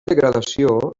degradació